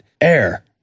air